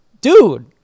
dude